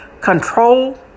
control